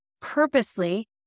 purposely